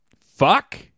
Fuck